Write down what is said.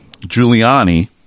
giuliani